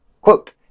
Quote